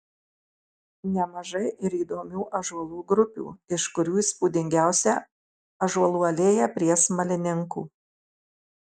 nemažai ir įdomių ąžuolų grupių iš kurių įspūdingiausia ąžuolų alėja prie smalininkų